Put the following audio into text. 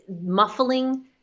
muffling